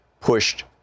pushed